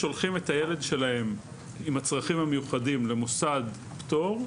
ששולחים ילד עם צרכים מיוחדים למוסד הפטור.